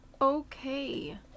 Okay